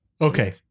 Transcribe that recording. Okay